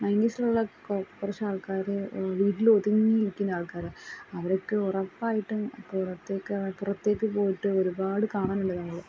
നയൻറ്റീസിലുള്ള കുറെ കുറച്ചാൾക്കാർ വീട്ടിലൊതിങ്ങിയിരിക്കുന്ന ആൾക്കാരാണ് അവരൊക്കെ ഉറപ്പായിട്ടും പുറത്തേക്ക് പുറത്തേക്ക് പോയിട്ട് ഒരുപാട് കാണാനുണ്ട് നമ്മൾ